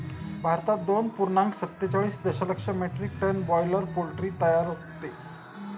भारतात दोन पूर्णांक सत्तेचाळीस दशलक्ष मेट्रिक टन बॉयलर पोल्ट्री तयार होते